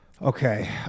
Okay